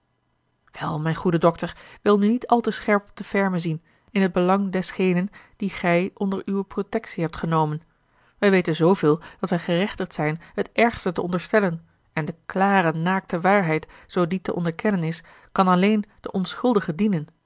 wel mijn goede dokter wil nu niet al te scherp op de forme zien in t belang desgenen dien gij onder uwe protectie hebt genomen wij weten zooveel dat wij gerechtigd zijn het ergste te onderstellen en de klare naakte waarheid zoo die te onderkennen is kan alleen den onschuldigen dienen